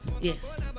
yes